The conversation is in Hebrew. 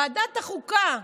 ועדת החוקה,